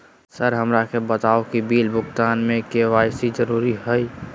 Sir हमरा के बताओ कि बिल भुगतान में के.वाई.सी जरूरी हाई?